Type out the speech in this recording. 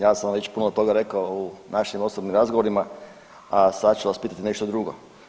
Ja sam vam već puno toga rekao u našim osobnim razgovorima, a sad ću vas pitati nešto drugo.